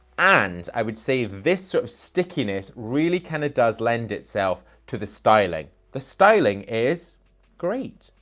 and i would say this sort of stickiness really kind of does lend itself to the styling. the styling is great.